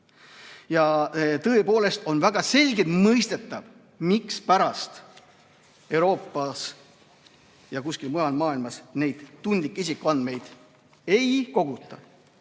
Ja tõepoolest on väga selgelt mõistetav, mispärast Euroopas ja kuskil mujal maailmas neid tundlikke isikuandmeid ei koguta,